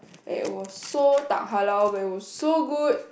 and it was so tak-halal where it was so good